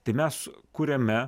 tai mes kuriame